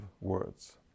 words